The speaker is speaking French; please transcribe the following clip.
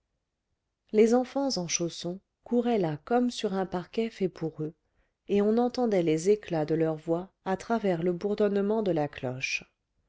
les enfants en chaussons couraient là comme sur un parquet fait pour eux et on entendait les éclats de leurs voix à travers le bourdonnement de la cloche